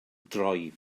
droi